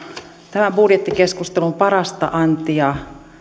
tämän budjettikeskustelun parasta antia